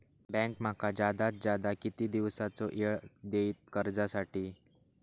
Bank माका जादात जादा किती दिवसाचो येळ देयीत कर्जासाठी?